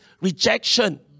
rejection